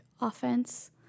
offense